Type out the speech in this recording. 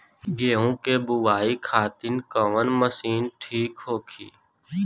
गेहूँ के बुआई खातिन कवन मशीन ठीक होखि?